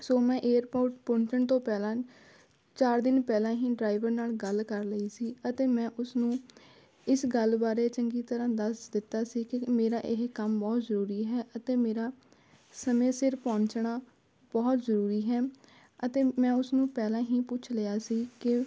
ਸੋ ਮੈਂ ਏਅਰਪੋਰਟ ਪਹੁੰਚਣ ਤੋਂ ਪਹਿਲਾਂ ਚਾਰ ਦਿਨ ਪਹਿਲਾਂ ਹੀ ਡਰਾਇਵਰ ਨਾਲ਼ ਗੱਲ ਕਰ ਲਈ ਸੀ ਅਤੇ ਮੈਂ ਉਸਨੂੰ ਇਸ ਗੱਲ ਬਾਰੇ ਚੰਗੀ ਤਰ੍ਹਾਂ ਦੱਸ ਦਿੱਤਾ ਸੀ ਕਿ ਮੇਰਾ ਇਹ ਕੰਮ ਬਹੁਤ ਜ਼ਰੂਰੀ ਹੈ ਅਤੇ ਮੇਰਾ ਸਮੇਂ ਸਿਰ ਪਹੁੰਚਣਾ ਬਹੁਤ ਜ਼ਰੂਰੀ ਹੈ ਅਤੇ ਮੈਂ ਉਸਨੂੰ ਪਹਿਲਾਂ ਹੀ ਪੁੱਛ ਲਿਆ ਸੀ ਕਿ